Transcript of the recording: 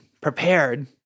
prepared